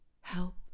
Help